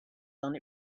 done